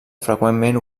freqüentment